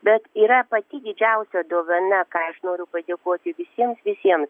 bet yra pati didžiausia dovana ką aš noriu padėkoti visiems visiem